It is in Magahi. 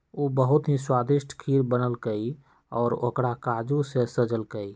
उ बहुत ही स्वादिष्ट खीर बनल कई और ओकरा काजू से सजल कई